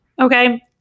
Okay